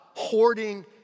Hoarding